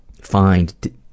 find